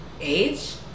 Age